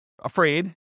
afraid